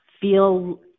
feel